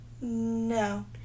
No